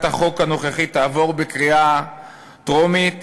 החוק הנוכחית תעבור בקריאה טרומית,